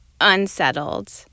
unsettled